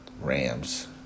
Rams